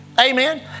Amen